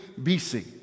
BC